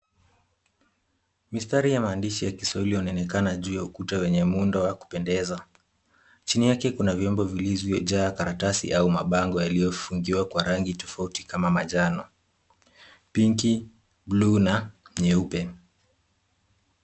Mistari ya maandishi ya kiswahili yanaonekana juu ya ukuta wenye muundo wa kupendeza. Chini yake kuna vyombo vilivyojaa karatasi au mabango yaliyofungiwa kwa rangi tofauti wa manjano, pinki, bluu na nyeupe.